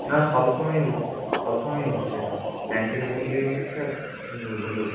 না সব সময়ই হচ্ছে সব সময়ই হচ্ছে এটা ট্যাঙ্ক থেকে ভরলেও হচ্ছে আর ই ভরলেও হচ্ছে